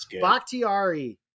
Bakhtiari